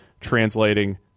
translating